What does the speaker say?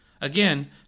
Again